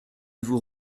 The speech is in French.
vous